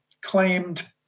claimed